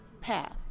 path